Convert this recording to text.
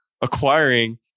acquiring